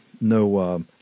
no